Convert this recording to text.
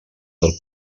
del